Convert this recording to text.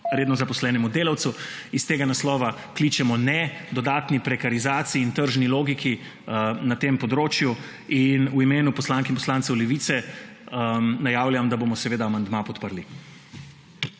redno zaposlenemu delavcu. Iz tega naslova kličemo ne dodatni prekarizaciji in tržni logiki na tem področju. V imenu poslank in poslancev Levice najavljam, da bomo amandma podprli.